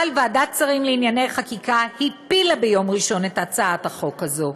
אבל ועדת שרים לענייני חקיקה הפילה ביום ראשון את הצעת החוק הזאת.